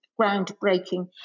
groundbreaking